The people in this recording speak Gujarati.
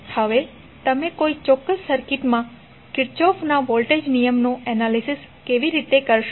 હવે તમે કોઈ ચોક્કસ સર્કિટમાં કિર્ચોફના વોલ્ટેજ નિયમનું એનાલિસિસ કેવી રીતે કરશો